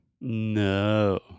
No